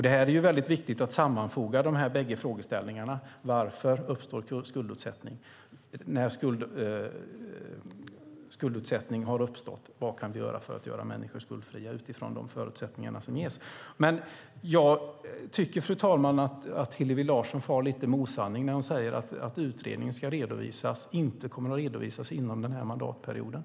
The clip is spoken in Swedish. Det är viktigt att sammanfoga de bägge frågeställningarna varför skuldutsättning uppstår och vad vi kan göra när skuldutsättning har uppstått för att göra människor skuldfria utifrån de förutsättningar som ges. Jag tycker, fru talman, att Hillevi Larsson far lite med osanning när hon säger att utredningen inte kommer att redovisas inom den här mandatperioden.